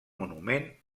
monument